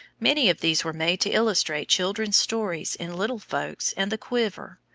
many of these were made to illustrate children's stories in little folks and the quiver,